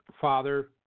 father